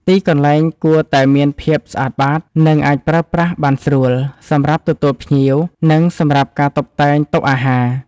ទីកន្លែងគួរតែមានភាពស្អាតបាត និងអាចប្រើប្រាស់បានស្រួល សម្រាប់ទទួលភ្ញៀវ និងសម្រាប់ការតុបតែងតុអាហារ។